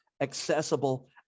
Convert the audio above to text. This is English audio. accessible